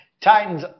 Titans